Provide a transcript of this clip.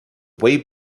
way